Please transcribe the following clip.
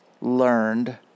learned